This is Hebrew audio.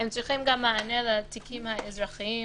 הם צריכים גם מענה לתיקים האזרחיים